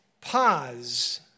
Pause